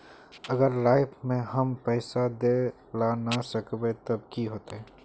अगर लाइफ में हैम पैसा दे ला ना सकबे तब की होते?